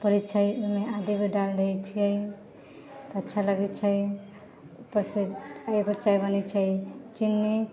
पड़ै छै ओइमे आदी भी डालि दै छियै तऽ अच्छा लगै छै उपरसँ कय बेर चाय बनै छै चिन्नी